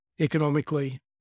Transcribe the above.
economically